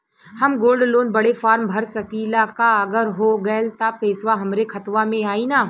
हम gold loan बड़े form भर सकी ला का अगर हो गैल त पेसवा हमरे खतवा में आई ना?